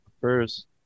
first